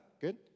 Good